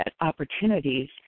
opportunities